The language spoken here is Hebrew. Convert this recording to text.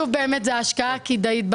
זה ההשקעה הכדאית.